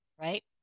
right